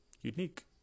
unique